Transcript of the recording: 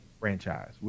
Franchise